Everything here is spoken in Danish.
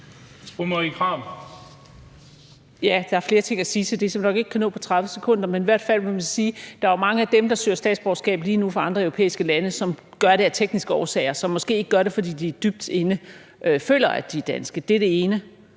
Ja, der er flere ting at sige til det, som jeg nok ikke kan nå på 30 sekunder. Men i hvert fald må man sige, at der er mange af dem, der søger statsborgerskab lige nu, fra andre europæiske lande, som gør det af tekniske årsager, og som måske ikke gør det, fordi de dybt inde føler, at de er danske. Det er altså,